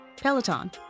Peloton